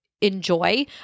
enjoy